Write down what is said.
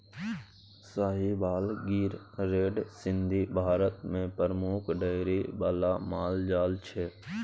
Sahiwal, Gir, red Sindhi Bharat मे प्रमुख dairy बला माल जाल छै